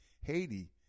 Haiti